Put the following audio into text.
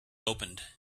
opened